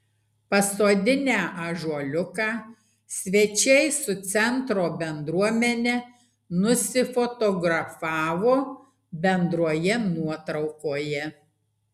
pasodinę ąžuoliuką svečiai su centro bendruomene nusifotografavo bendroje nuotraukoje